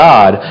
God